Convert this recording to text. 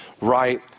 right